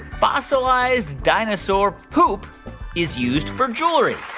fossilized dinosaur poop is used for jewelry?